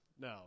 No